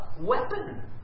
weapon